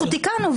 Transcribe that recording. אנחנו תקנו.